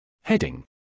Heading